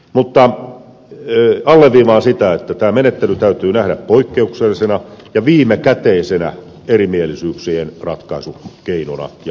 mutta alleviivaan sitä että tämä menettely täytyy nähdä poikkeuksellisena ja viimekätisenä erimielisyyksien ratkaisukeinona ja mahdollisuutena